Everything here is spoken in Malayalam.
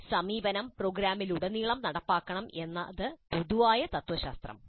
എന്നാൽ സമീപനം പ്രോഗ്രാമിലുടനീളം നടപ്പാക്കണം എന്നതാണ് പൊതുവായ തത്ത്വശാസ്ത്രം